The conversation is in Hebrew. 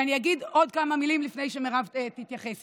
ואני אגיד עוד כמה מילים לפני שמירב תתייחס,